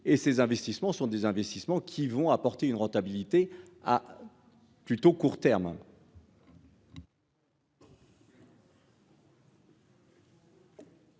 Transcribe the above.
et ces investissements sont des investissements qui vont apporter une rentabilité a plutôt court terme.